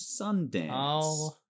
Sundance